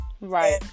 Right